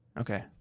Okay